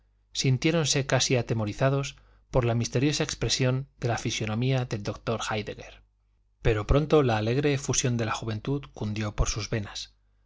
juventud sintiéronse casi atemorizados por la misteriosa expresión de la fisonomía del doctor héidegger pero pronto la alegre efusión de la juventud cundió por sus venas